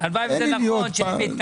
הלוואי וזה נכון מה שאתה אומר ינון.